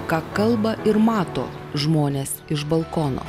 ką kalba ir mato žmonės iš balkono